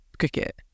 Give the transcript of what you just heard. cricket